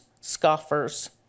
scoffers